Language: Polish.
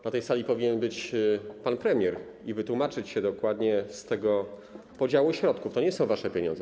Na tej sali powinien być pan premier i wytłumaczyć się dokładnie z tego podziału środków - to nie są wasze pieniądze.